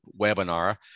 webinar